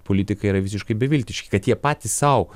politikai yra visiškai beviltiški kad jie patys sau